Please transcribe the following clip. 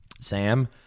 Sam